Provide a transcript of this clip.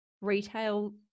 retail